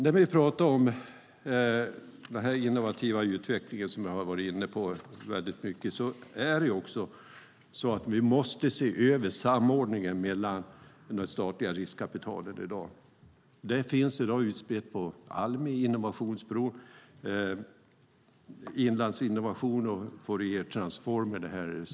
När vi talar om den innovativa utvecklingen, som jag har varit inne på väldigt mycket, måste vi se över samordningen mellan det statliga riskkapitalet i dag. Det finns i dag utspritt på Almi, Innovationsbron, Inlandsinnovation och Fouriertransform.